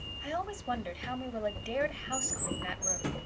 i always wondered how marilla dared houseclean that room.